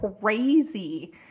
crazy